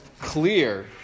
clear